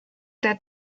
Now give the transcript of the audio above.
der